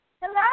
Hello